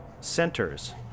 centers